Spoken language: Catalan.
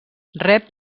rep